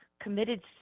committed